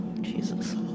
Jesus